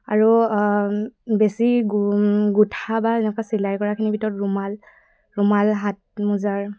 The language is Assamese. আৰু বেছি গো গোঠা বা এনেকুৱা চিলাই কৰাখিনিৰ ভিতৰত ৰুমাল ৰুমাল হাত মুজাৰ